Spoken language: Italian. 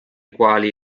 quali